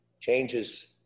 changes